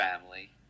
Family